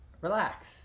relax